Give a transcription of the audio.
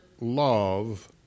love